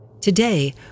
Today